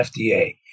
FDA